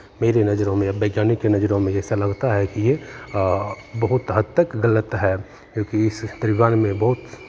मेरी नज़रों में या वैज्ञानिक की नज़रो में ऐसा लगता है कि यह बहुत हद तक गलत है क्योंकि इससे परिवार में बहुत